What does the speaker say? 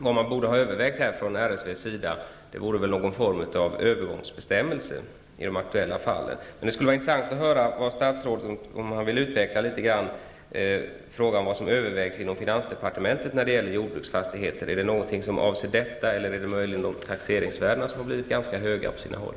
RSV borde ha övervägt någon form av övergångsbestämmelse som skulle gälla för de aktuella fallen. Det vore intressant om statsrådet ville utveckla litet grand vad som övervägs inom finansdepartementet när det gäller jordbruksfastigheter. Övervägs det någonting som avser detta, eller överväger man möjligen de taxeringsvärden som på sina håll har blivit ganska höga?